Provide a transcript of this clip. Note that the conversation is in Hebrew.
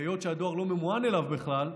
היות שהדואר לא ממוען אליו בכלל,